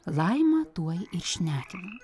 laima tuoj ir šnekina